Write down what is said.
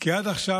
כי עד עכשיו,